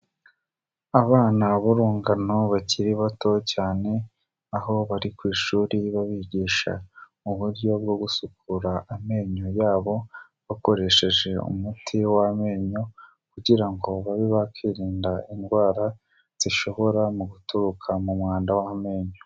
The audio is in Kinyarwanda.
Abana b'urungano bakiri bato cyane, aho bari ku ishuri babigisha uburyo bwo gusukura amenyo yabo bakoresheje umuti w'amenyo, kugira babe bakirinda indwara zishobora mu guturuka mu mwanda w'amenyo.